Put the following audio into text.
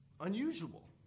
unusual